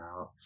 out